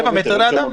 7 מטרים לאדם.